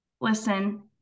listen